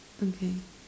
okay